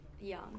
Young